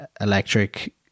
electric